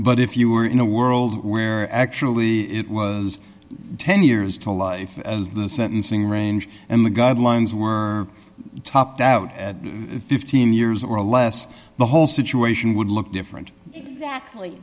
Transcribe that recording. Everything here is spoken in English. but if you were in a world where actually it was ten years to life as the sentencing range and the guidelines were topped out at fifteen years or less the whole situation would look different